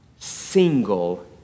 Single